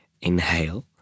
Inhale